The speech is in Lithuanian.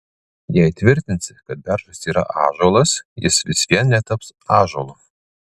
jei tvirtinsi kad beržas yra ąžuolas jis vis vien netaps ąžuolu